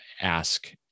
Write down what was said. ask